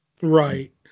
Right